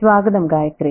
സ്വാഗതം ഗായത്രി